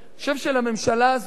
אני חושב שלממשלה הזאת,